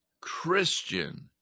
Christian